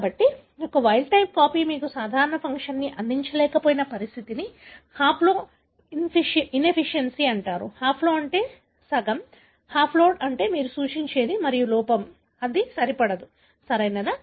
కాబట్టి ఒక wild type copy మీకు సాధారణ ఫంక్షన్ని అందించలేకపోయిన పరిస్థితిని హాప్లో ఇన్సఫిసియెన్సీ అంటారు హాప్లో అంటే సగం హాప్లోయిడ్ అంటే మీరు సూచించేది మరియు లోపం అది సరిపడదు సరియైనదే కదా